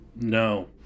No